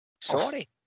sorry